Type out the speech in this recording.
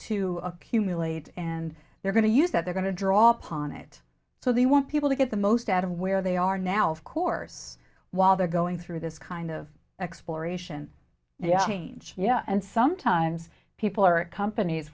to accumulate and they're going to use that they're going to draw upon it so they want people to get the most out of where they are now of course while they're going through this kind of exploration yeah change yeah and sometimes people are at companies